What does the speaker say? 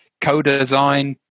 co-design